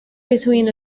between